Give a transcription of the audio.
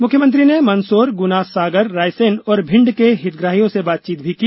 मुख्यमंत्री ने मंदसौर गुना सागर रायसेन और भिंड के हितग्राहियों से बातचीत भी की